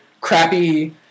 crappy